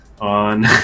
on